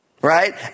right